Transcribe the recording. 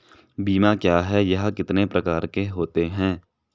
बीमा क्या है यह कितने प्रकार के होते हैं?